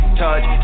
touch